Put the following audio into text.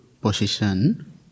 position